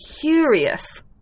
curious